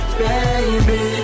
baby